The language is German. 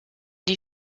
die